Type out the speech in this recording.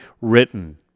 written